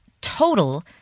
total